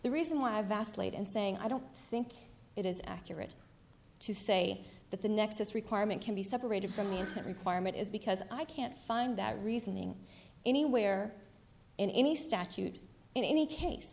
the reason why vast late in saying i don't think it is accurate to say that the next requirement can be separated from the intent requirement is because i can't find that reasoning anywhere in any statute in any case